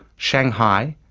shanghai,